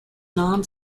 non